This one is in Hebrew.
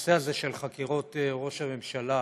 שהנושא הזה, של חקירות ראש הממשלה,